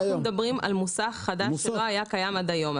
אנחנו מדברים על מוסך חדש שלא היה קיים עד היום.